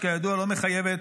שכידוע לא מחייבת,